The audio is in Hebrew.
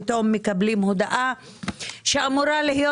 פתאום מקבלים הודעה שאמורה להיות